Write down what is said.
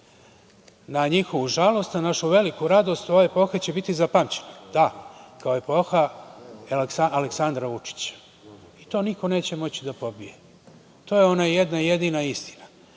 njihovu žalost, na našu veliku radost ova epoha će biti zapamćena. Da, kao epoha Aleksandra Vučića. I to niko neće moći da pobije. To je ona jedna jedina istina.